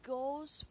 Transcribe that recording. goes